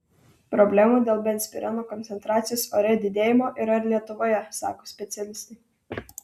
problemų dėl benzpireno koncentracijos ore didėjimo yra ir lietuvoje sako specialistai